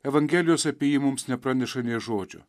evangelijos apie jį mums nepraneša nė žodžio